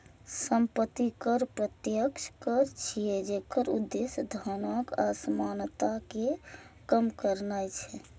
संपत्ति कर प्रत्यक्ष कर छियै, जेकर उद्देश्य धनक असमानता कें कम करनाय छै